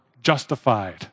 justified